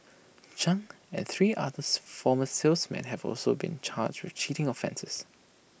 chung and three others former salesmen have also been charged with cheating offences